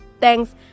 thanks